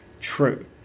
true